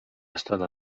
estona